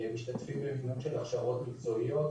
משתתפים במימון של הכשרות מקצועיות,